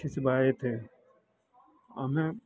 खिंचवाए थे हमें